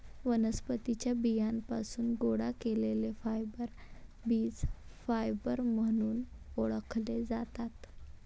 वनस्पतीं च्या बियांपासून गोळा केलेले फायबर बीज फायबर म्हणून ओळखले जातात